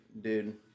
dude